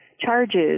charges